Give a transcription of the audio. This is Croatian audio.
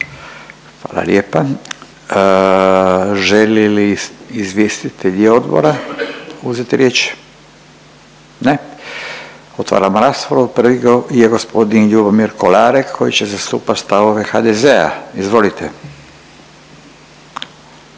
Hvala lijepa. Želi li izvjestitelji odbora uzeti riječ? Ne. Otvaram raspravu. Prvi je g. Ljubomir Kolarek koji će zastupati stavove HDZ-a, izvolite.